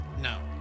no